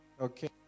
Okay